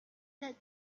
that